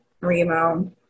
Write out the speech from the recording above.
Remo